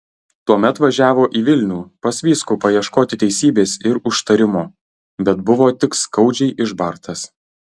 tuomet važiavo į vilnių pas vyskupą ieškoti teisybės ir užtarimo bet buvo tik skaudžiai išbartas